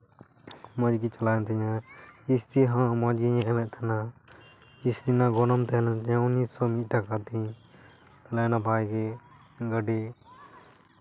ᱢᱚᱡᱽ ᱜᱮ ᱪᱟᱞᱟᱣᱮᱱ ᱛᱤᱧᱟᱹ ᱠᱤᱥᱛᱤ ᱦᱚᱸ ᱢᱚᱡᱽ ᱜᱤᱧ ᱮᱢᱮᱫ ᱛᱟᱦᱮᱱᱟ ᱠᱤᱥᱛᱤ ᱨᱮᱱᱟᱜ ᱜᱚᱱᱚᱝ ᱛᱟᱦᱮᱸᱞᱮᱱ ᱛᱤᱧᱟᱹ ᱩᱱᱤᱥᱥᱚ ᱢᱤᱫ ᱴᱟᱠᱟ ᱛᱤᱧ ᱛᱟᱞᱦᱮ ᱱᱟᱯᱟᱭ ᱜᱮ ᱜᱟᱹᱰᱤ